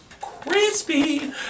crispy